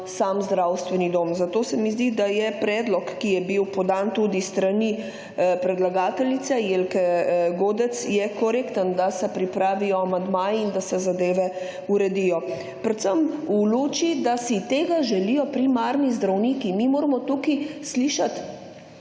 sam zdravstveni dom. Zato se mi zdi, da je predlog, ki je bil podan tudi s strani predlagateljice, Jelke Godec je korekten, da se pripravijo amandmaji in da se zadeve uredijo. Predvsem v luči, da si tega želijo primarni zdravniki. **59. TRAK: (NB)